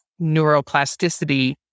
neuroplasticity